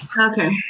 Okay